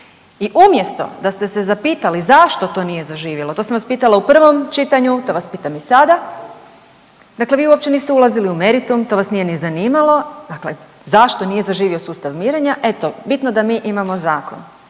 I umjesto da ste se zapitali zašto to nije zaživjelo. To sam vas pitala u prvom čitanju, to vas pitam i sada, dakle vi uopće niste ulazili u meritum to vas nije ni zanimalo. Dakle, zašto nije zaživio sustav mirenja? Eto, bitno da mi imamo zakon.